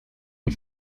une